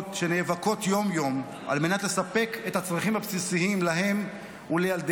שנאבקות יום יום על מנת לספק את הצרכים הבסיסיים להן ולילדיהם.